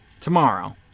Tomorrow